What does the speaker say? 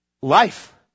life